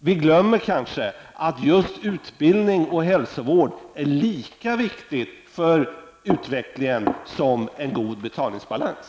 Vi glömmer kanske att just utbildning och hälsovård är lika viktigt för utveckling som en god betalningsbalans.